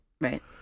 Right